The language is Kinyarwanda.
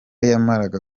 yamaraga